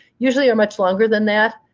usually are much longer than that.